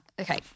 okay